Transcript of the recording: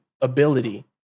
ability